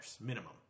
Minimum